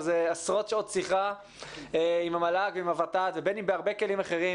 זה עשרות שעות שיחה עם המל"ג והוות"ת ובין אם בהרבה כלים אחרים,